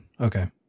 Okay